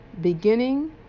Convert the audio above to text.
beginning